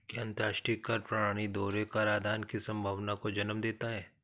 क्या अंतर्राष्ट्रीय कर प्रणाली दोहरे कराधान की संभावना को जन्म देता है?